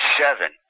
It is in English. seven